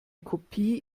kopie